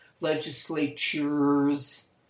legislatures